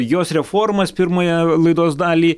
jos reformas pirmąją laidos dalį